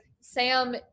Sam